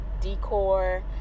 decor